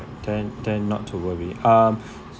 then then not to worry um